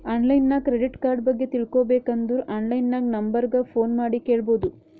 online ನಾಗ್ credit card ಬಗ್ಗೆ ತಿಳ್ಕೋಬೇಕ್ ಅಂದುರ್ ಆನ್ಲೈನ್ ನಾಗ್ ನಂಬರ್ ಗ ಫೋನ್ ಮಾಡಿ ಕೇಳ್ಬೋದು